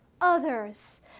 others